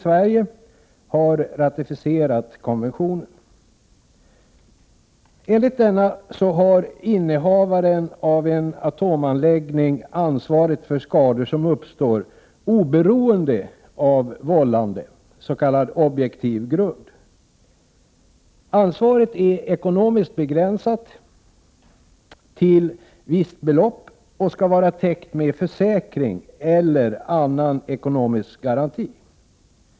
Sverige, har ratificerat konventionen. Enligt denna konvention har innehavare av atomanläggning ansvaret för skador som uppstår, oberoende av vållande, s.k. objektiv grund. Ansvaret är ekonomiskt begränsat till visst belopp och skall vara täckt med försäkring eller annan ekonomisk garanti.